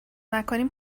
نکنیم